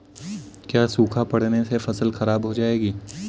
क्या सूखा पड़ने से फसल खराब हो जाएगी?